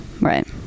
Right